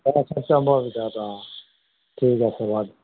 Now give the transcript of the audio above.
অঁ ছেপ্টেম্বৰ ভিতৰত অঁ ঠিক আছে বাৰু